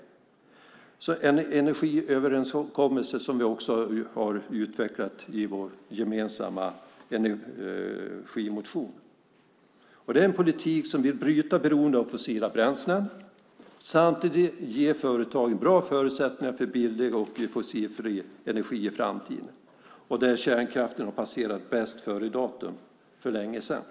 Det är en energiöverenskommelse som vi också har utvecklat i vår gemensamma energimotion. Det är en politik som vill bryta beroendet av fossila bränslen och samtidigt ge företagen bra förutsättningar till billig och fossilfri energi i framtiden, där kärnkraften har passerat bäst-före-datum för länge sedan.